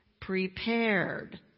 prepared